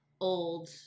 old